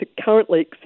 currently